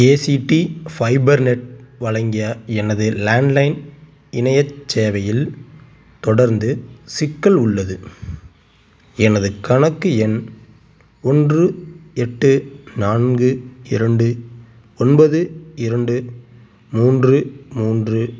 ACT Fibernet வழங்கிய எனது landline இணையச் சேவையில் தொடர்ந்து சிக்கல் உள்ளது எனது கணக்கு எண் ஒன்று எட்டு நான்கு இரண்டு ஒன்பது இரண்டு மூன்று மூன்று